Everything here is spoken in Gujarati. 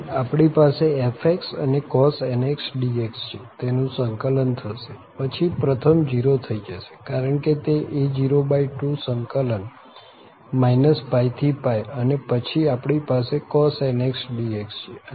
આમ આપણી પાસે f અને cos nx dx છે તેનું સંકલન થશે પછી પ્રથમ 0 થઇ જશે કારણ કે તે a02 સંકલન -π થી અને પછી આપણી પાસે cos nx dx છે